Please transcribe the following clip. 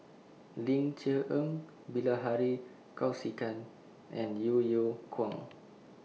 Ling Cher Eng Bilahari Kausikan and Yeo Yeow Kwang